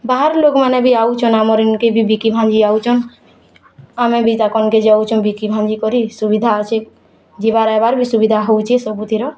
ବାହାର୍ ଲୋକମାନେ ବି ଆଉଛନ୍ ଆମର୍ ଇନ୍ କେ ବିକି ଭାଙ୍ଗି ଆଉଚନ୍ ଆମେ ବି ତାଙ୍କେ ପାଖକୁ ଯାଉଛୁଁ ବିକି ଭାଙ୍ଗି କରି ସୁବିଧା ଅଛି ଯିବାର ଆଇବାର ସୁବିଧା ହେଉଛି ସବୁଥିର